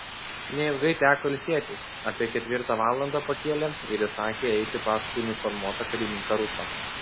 neilgai teko ilsėtis apie ketvirtą valandą pakėlė ir įsakė eiti paskui uniformuotą karininką rusą